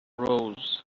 rose